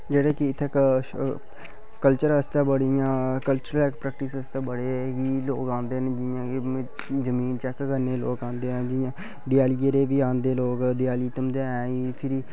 जे्हड़े की इत्थै कल्चर आस्तै बड़ियां कल्चर ऐक्टीविटिस आस्तै बड़े गै लोग औंदे न जि'यां की जमीन चैक करने गी लोग औंदे ऐ जि'यां देयली' र बी औंदे लोक देयाली तमद्हें